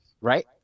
right